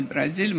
מברזיל,